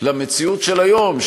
למציאות של היום,